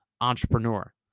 entrepreneur